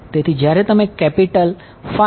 તેથી જ્યારે તમે કેપિટલ જુઓ